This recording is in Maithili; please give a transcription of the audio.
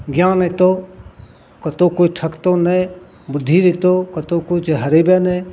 ज्ञान अएतौ कतहु कोइ ठकतौ नहि बुद्धि अएतौ कतहु कोइ हरेबे नहि